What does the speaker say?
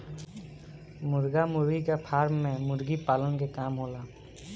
मुर्गा मुर्गी के फार्म में मुर्गी पालन के काम होला